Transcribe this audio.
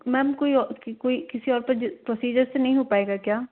ma'am कोई और कोई और किसी और प्रोसीजर से नहीं हो पाएगा क्या